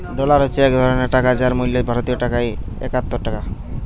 dollar হচ্ছে এক ধরণের টাকা যার মূল্য ভারতীয় টাকায় একাত্তর টাকা